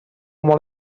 molt